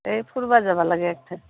এই ফুৰিব যাব লাগে একঠাইত